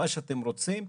מה שאתם רוצים,